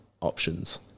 options